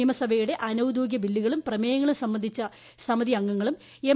നിയമസഭയുടെ അനൌദ്യോഗിക ബില്ലുകളും പ്രമേയങ്ങളും സംബന്ധിച്ച സമിതിയംഗങ്ങളും എം